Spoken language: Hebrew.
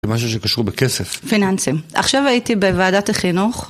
זה משהו שקשור בכסף. פיננסים. עכשיו הייתי בוועדת החינוך...